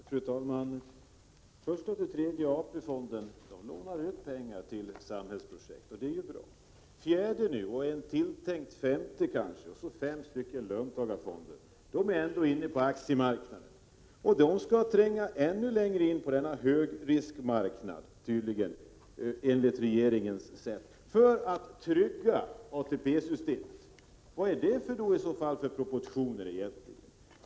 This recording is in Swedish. Fru talman! Första, andra och tredje AP-fonden lånar ut pengar till samhällsprojekt, och det är ju bra. Den fjärde AP-fonden, och kanske den tilltänkta femte, samt de fem löntagarfonderna är redan inne är på aktiemarknaden. Enligt regeringen skall dessa, för att trygga ATP-systemet, nu tydligen tränga ännu längre in på denna högriskmarknad. Vad är detta egentligen för proportioner?